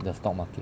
the stock market